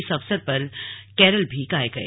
इस अवसर पर कैरल भी गाए गए